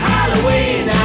Halloween